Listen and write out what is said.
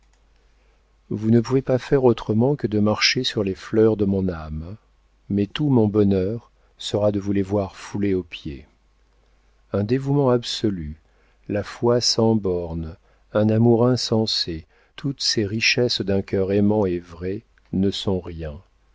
vous ne pouvez pas faire autrement que de marcher sur les fleurs de mon âme mais tout mon bonheur sera de vous les voir fouler aux pieds un dévouement absolu la foi sans bornes un amour insensé toutes ces richesses d'un cœur aimant et vrai ne sont rien